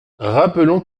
rappelons